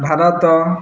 Bharat